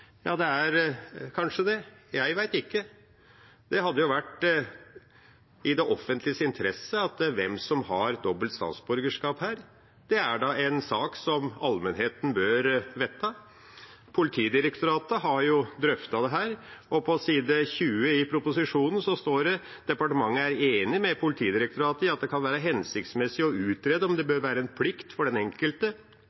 Ja, det er kanskje det. Jeg vet ikke. Det hadde vært av offentlig interesse hvem som har dobbelt statsborgerskap her. Det er da en sak som allmennheten bør vite. Politidirektoratet har drøftet dette, og på side 20 i proposisjonen står det: «Departementet er enig med Politidirektoratet i at det kan være hensiktsmessig å utrede om det